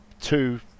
two